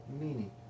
meaning